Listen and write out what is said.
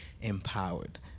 empowered